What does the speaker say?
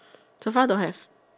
so far don't have